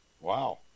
Wow